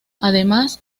además